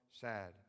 sad